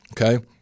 okay